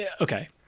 okay